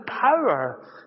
power